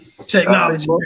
Technology